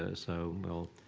ah so, well,